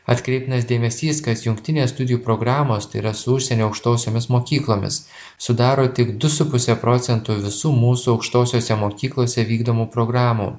atkreiptinas dėmesys kad jungtinės studijų programos tai yra su užsienio aukštosiomis mokyklomis sudaro tik du su puse procentų visų mūsų aukštosiose mokyklose vykdomų programų